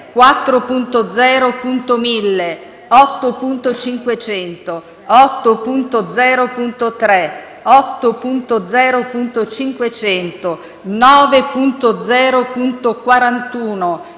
4.0.1000, 8.500, 8.0.3, 8.0.500, 9.0.41,